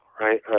right